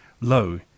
Lo